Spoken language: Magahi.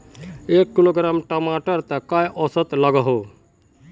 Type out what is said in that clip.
एक किलोग्राम टमाटर त कई औसत लागोहो?